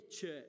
church